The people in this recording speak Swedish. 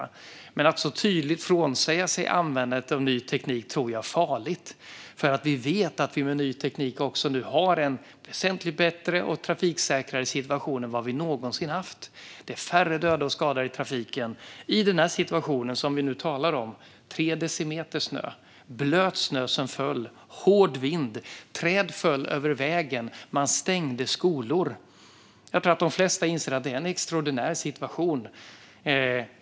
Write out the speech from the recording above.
Jag tror att det är farligt att så tydligt frånsäga sig användandet av ny teknik. Vi vet ju att vi med ny teknik nu har en väsentligt bättre och mer trafiksäker situation än vad vi någonsin haft. Det är färre döda och skadade i trafiken. I den situation som vi nu talar om med tre decimeter blöt snö och hård vind föll träd över vägen. Man stängde skolor. De flesta inser nog att det var en extraordinär situation.